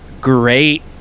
great